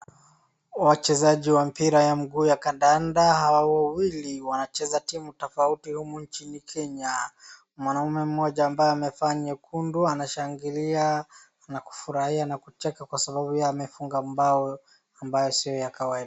Wachezaji wa mpira ya mguu ya kandanda hawa wawili wanacheza timu tofauti humu nchini Kenya. Mwanaume mmoja ambaye amevaa nyekundu anashangilia na kufurahia na kucheka kwa sababu yeye amefunga bao ambayo sio ya kawaida.